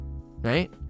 right